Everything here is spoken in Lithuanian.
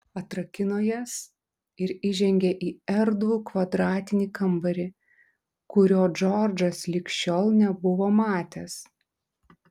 atrakino jas ir įžengė į erdvų kvadratinį kambarį kurio džordžas lig šiol nebuvo matęs